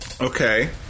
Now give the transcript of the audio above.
Okay